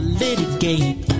litigate